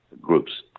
groups